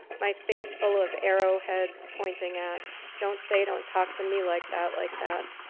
my face full of arrowheads pointing at don't say, don't talk to me like that, like that.